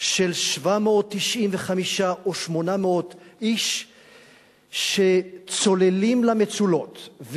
של 735 או 800 איש שצוללים למצולות,